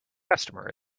customer